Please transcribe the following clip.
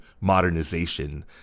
modernization